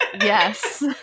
yes